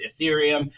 Ethereum